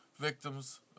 victim's